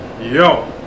Yo